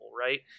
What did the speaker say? Right